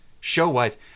show-wise